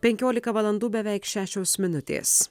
penkiolika valandų beveik šešios minutės